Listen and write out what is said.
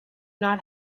not